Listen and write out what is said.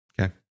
Okay